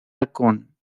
halcón